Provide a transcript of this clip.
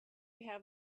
have